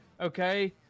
Okay